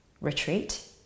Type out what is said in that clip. Retreat